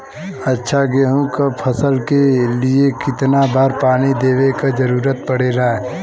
अच्छा गेहूँ क फसल के लिए कितना बार पानी देवे क जरूरत पड़ेला?